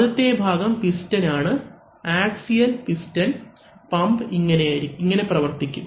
ആദ്യത്തെ ഭാഗം പിസ്റ്റൺ ആണ് ആക്സിയൽ പിസ്റ്റൺ പമ്പ് ഇങ്ങനെ പ്രവർത്തിക്കും